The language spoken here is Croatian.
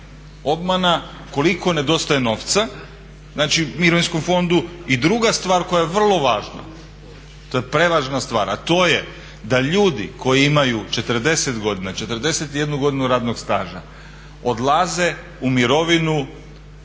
obmana koliko nedostaje novca znači u Mirovinskom fondu. I druga stvar koja je vrlo važna to je prevažna stvar, a to je da ljudi koji imaju 40 godina, 41 godinu radnog staža odlaze u mirovinu